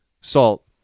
salt